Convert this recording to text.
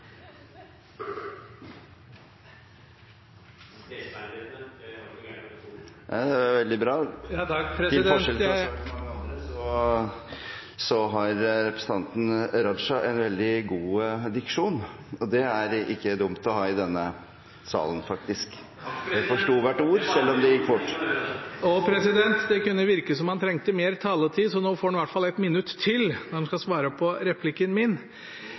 veldig bra. Til forskjell fra svært mange andre, har representanten Raja en veldig god diksjon, og det er ikke dumt å ha i denne salen, faktisk. Takk, president! Det varmer i juletiden å høre dette. Det kunne virke som om han trengte mer taletid, så nå får han i hvert fall ett minutt til, når han